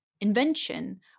invention